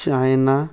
China